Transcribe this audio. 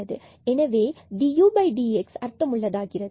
எனவே dudx அர்த்தமுள்ளது ஆகிறது